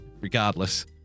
regardless